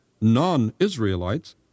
non-Israelites